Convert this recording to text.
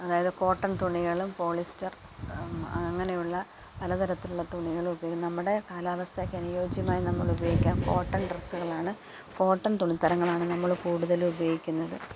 അതായത് കോട്ടൺ തുണികളും പോളിസ്റ്റർ അങ്ങനെയുള്ള പലതരത്തിലുള്ള തുണികൾ ഉപയോഗിക്കാം നമ്മുടെ കാലാവസ്ഥക്ക് അനുയോജ്യമായി നമ്മൾ ഉപയോഗിക്കുക കോട്ടൻ ഡ്രസ്സുകളാണ് കോട്ടൺ തുണിത്തരങ്ങളാണ് നമ്മള് കൂടുതലും ഉപയോഗിക്കുന്നത്